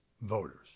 voters